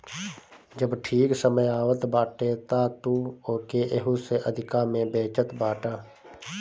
जब ठीक समय आवत बाटे तअ तू ओके एहू से अधिका में बेचत बाटअ